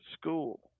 school